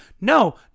No